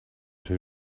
too